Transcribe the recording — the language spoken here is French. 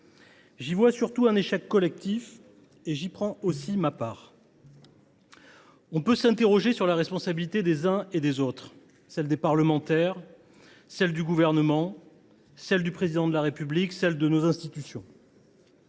J’y vois surtout un échec collectif, dont je prends ma part. Nous pouvons nous interroger sur la responsabilité des uns et des autres ; celle des parlementaires, celle du Gouvernement, celle du Président de la République et celle des institutions.